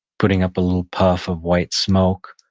putting up a little puff of white smoke,